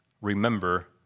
Remember